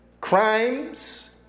crimes